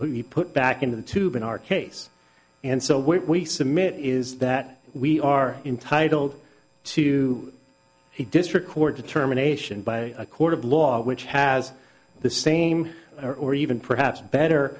e put back into the tube in our case and so what we submit is that we are entitled to a district court determination by a court of law which has the same or or even perhaps better